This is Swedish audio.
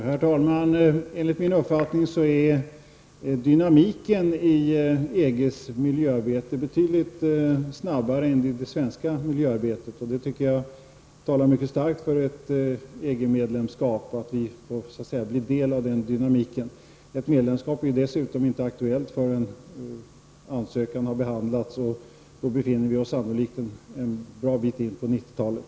Herr talman! Enligt min uppfattning är dynamiken i EGs miljöarbete betydligt snabbare än i det svenska miljöarbetet. Det tycker jag talar mycket starkt för ett EG-medlemskap, så att vi så att säga får del av den dynamiken. Ett medlemskap är dessutom inte aktuellt förrän ansökan har behandlats, och då befinner vi oss sannolikt en bra bit in på 90-talet.